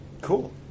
Cool